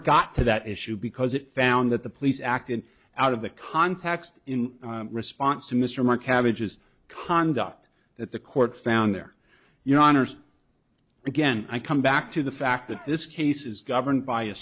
got to that issue because it found that the police acted out of the context in response to mr maher cabbages conduct that the court found there you know honors again i come back to the fact that this case is governed by a